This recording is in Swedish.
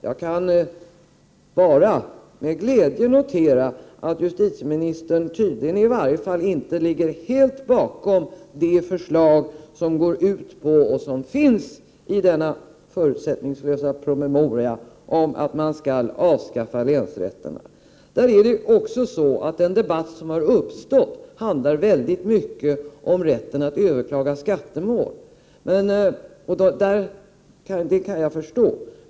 Jag kan bara med glädje notera att justitieministern tydligen inte helt står bakom förslaget i denna förutsättningslösa promemoria om att avskaffa länsrätterna. Den debatt som har uppstått handlar också mycket om rätten att överklaga skattemål. Det kan jag förstå.